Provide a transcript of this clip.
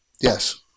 Yes